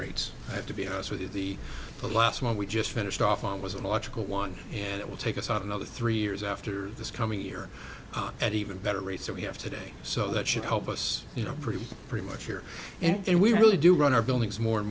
rates have to be honest with you the last one we just finished off on was an electrical one and it will take us out another three years after this coming year at even better rates that we have today so that should help us you know pretty pretty much here and we really do run our buildings more and